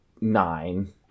nine